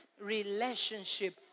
relationship